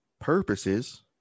purposes